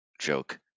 joke